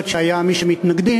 יכול להיות שהיה מי שהתנגד.